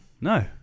No